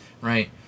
right